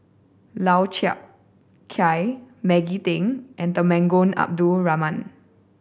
Lau Chiap Khai Maggie Teng and Temenggong Abdul Rahman